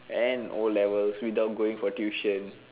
and O-levels without going for tuition